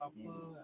mm